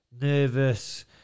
nervous